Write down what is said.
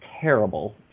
terrible